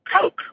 coke